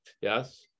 yes